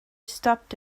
stopped